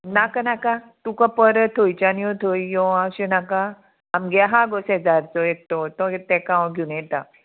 नाका नाका तुका परत थंयच्यान यो थंय यो अशें नाका आमगे आहा गो शेजारचो एकटो तेका हांव घेवन येता